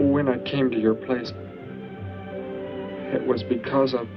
when i came to your place it was because of